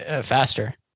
faster